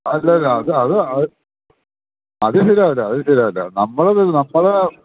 അല്ല അല്ല അതു ശരിയാവില്ല അത് ശരിയാവില്ല നമ്മള് നമ്മുടെ